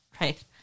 Right